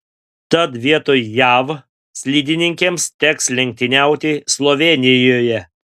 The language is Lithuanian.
tad vietoj jav slidininkėms teks lenktyniauti slovėnijoje